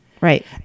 right